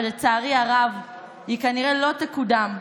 אבל לצערי הרב היא כנראה לא תקודם,